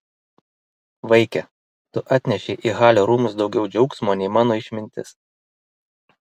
vaike tu atnešei į halio rūmus daugiau džiaugsmo nei mano išmintis